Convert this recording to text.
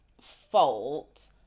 fault